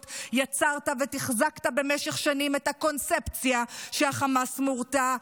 יצרת ותחזקת במשך שנים את הקונספציה שחמאס מורתע.